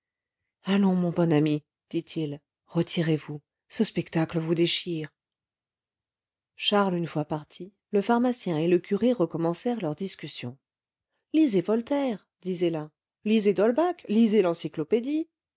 allons mon bon ami dit-il retirez-vous ce spectacle vous déchire charles une fois parti le pharmacien et le curé recommencèrent leurs discussions lisez voltaire disait l'un lisez d'holbach lisez l'encyclopédie